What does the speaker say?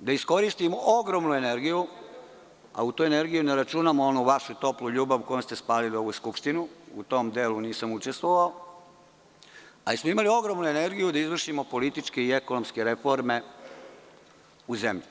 da iskoristimo ogromnu energiju, a u tu energiju ne računam onu vašu toplu ljubav kojom ste spalili ovu skupštinu, u tom delu nisam učestvovao, da izvršimo političke i ekonomske reforme u zemlji.